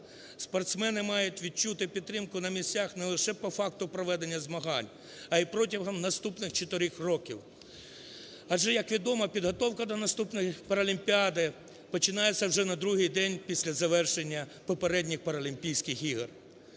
Спортсмени мають відчути підтримку на місцях не лише по факту проведення змагань, а і протягом наступних чотирьох років. Адже, як відомо, підготовка до наступної паралімпіади починається уже на другий день після завершення попередніх Паралімпійських ігор.